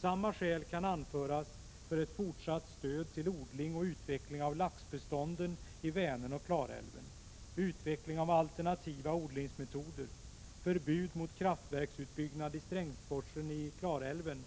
Samma skäl kan anföras för ett fortsatt stöd till odling och utveckling av laxbestånden i Vänern och Klarälven, utveckling av alternativa odlingsmetoder, förbud mot kraftverksutbyggnad i Strängsforsen i Klarälven